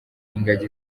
ingagi